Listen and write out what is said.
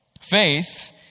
faith